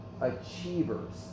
achievers